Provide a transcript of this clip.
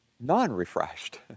non-refreshed